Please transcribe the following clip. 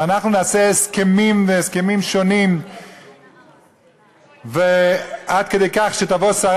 ואנחנו נעשה הסכמים מהסכמים שונים עד כדי כך שתבוא שרה